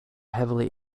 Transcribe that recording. heavily